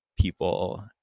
people